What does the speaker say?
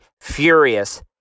furious